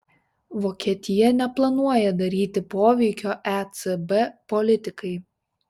vokietija neplanuoja daryti poveikio ecb politikai